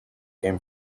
came